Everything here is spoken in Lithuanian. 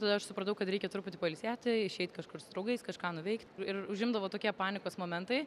tada aš supratau kad reikia truputį pailsėti išeit kažkur su draugais kažką nuveikt ir užimdavo tokie panikos momentai